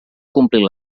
complir